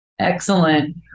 Excellent